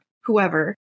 whoever